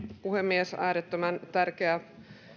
puhemies äärettömän tärkeä